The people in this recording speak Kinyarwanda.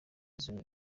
z’uru